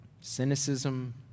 cynicism